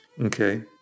Okay